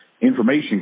information